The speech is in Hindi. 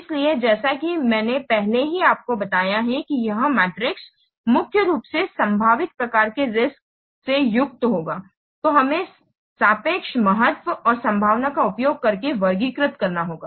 इसलिए जैसा कि मैंने पहले ही आपको बताया है कि यह मैट्रिक्स मुख्य रूप से संभावित प्रकार के रिस्क्स से युक्त होगा तो हमें सापेक्ष महत्व और संभावना का उपयोग करके वर्गीकृत करना होगा